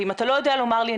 אם אתה לא יודע לומר לי,